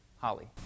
Holly